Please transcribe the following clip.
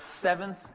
seventh